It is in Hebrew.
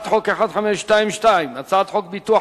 ביטול